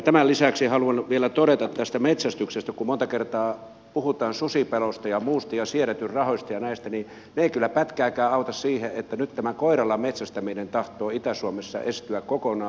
tämän lisäksi haluan vielä todeta tästä metsästyksestä kun monta kertaa puhutaan susipelosta ja muusta ja siedätysrahoista ja näistä että ne eivät kyllä pätkääkään auta siihen että nyt tämä koiralla metsästäminen tahtoo itä suomessa estyä kokonaan